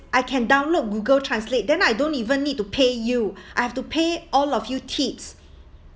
I can download google translate then I don't even need to pay you I have to pay all of you tips